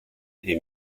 est